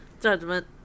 Judgment